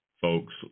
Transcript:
folks